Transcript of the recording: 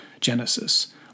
Genesis